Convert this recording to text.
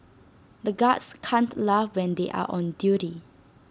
the guards can't laugh when they are on duty